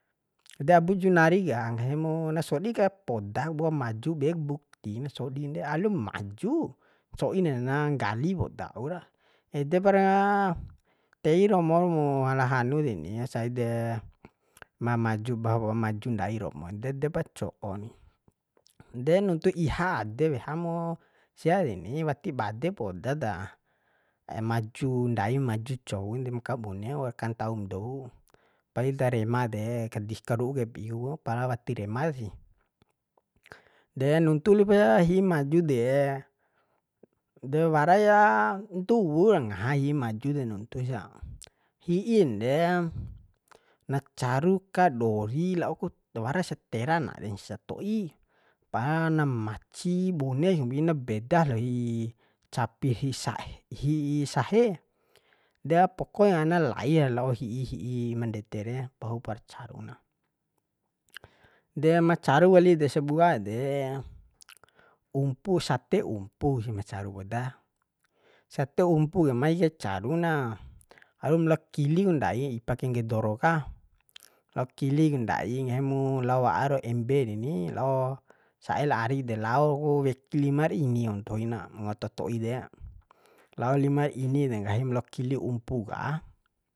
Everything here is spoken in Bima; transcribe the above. De abu junari ka nggahimu na sodi kapoda ku bo maju bek bukti na sodin de alum maju co'in ne na nggali poda ura edepara tei romo ru mu la hanu deni sai de mamaju bahwa maju ndai romo ede de pa co'o ni de nuntu iha de weha mu sia deni wati bade poda ta maju ndaim maju coun dem kabuneku waur kantaum dou paidar rema de kadis karu'u kaip iu pala wati rema tasi de nuntu lipa hi'i maju de de wara ja ntuwun ngaha hi'i maju nuntu sa hi'in de na caru kadori lao ku wrasa tera nare sato'i pala na maci bune si kombi na beda lo hi'i capi ra hi'i sahe hi'i sahe dea pokoknya na lai lao hi'i hi'i mandede re pahupar caru na de ma caru wali de sabua de umpu sate umpu kusi ma caru poda sate umpu kamai kai caru na alum lao kili ku ndai ipa kengge doro ka lao kili ndai nggahi mu lao wa'ar embe reni lao sa'el ari de lao weki limar ini wo ntoina nga toto'i de lao limar ini de nggahimu lao kolo umpu ka